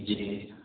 जी